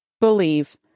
believe